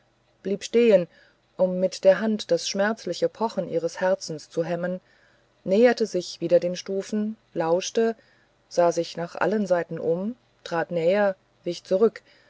blieb stehen um mit der hand das schmerzliche pochen ihres herzens zu hemmen näherte sich wieder den stufen lauschte sah sich nach allen seiten um trat näher wich zurück